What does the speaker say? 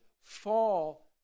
fall